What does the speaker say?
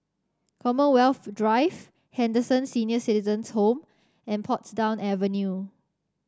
Commonwealth Drive Henderson Senior Citizens' Home and Portsdown Avenue